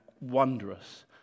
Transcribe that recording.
wondrous